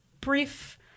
brief